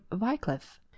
Wycliffe